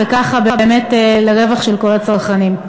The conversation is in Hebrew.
וככה באמת לרווח של כל הצרכנים.